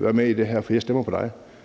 være med i det her, for jeg stemmer på dig.